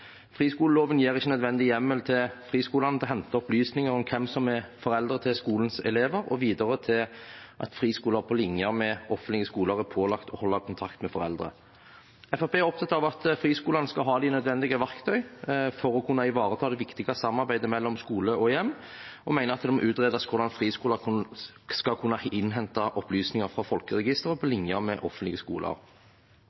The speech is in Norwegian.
Friskoleloven gir ikke nødvendig hjemmel til friskolene til å hente opplysninger om hvem som er foreldre til skolens elever, og videre til at friskoler på linje med offentlige skoler er pålagt å holde kontakt med foreldre. Fremskrittspartiet er opptatt av at friskolene skal ha de nødvendige verktøyene for å kunne ivareta det viktige samarbeidet mellom skole og hjem, og mener at det må utredes hvordan friskoler skal kunne innhente opplysninger fra folkeregisteret på linje med offentlige skoler. Fremskrittspartiet merker seg at departementet tar sikte på